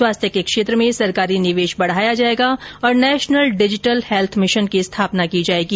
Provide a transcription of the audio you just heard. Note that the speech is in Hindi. स्वास्थ्य के क्षेत्र में सरकारी निवेश बढाया जायेगा और नेशनल डिजिटल हैल्थ मिशन की स्थापना की जायेगी